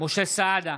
משה סעדה,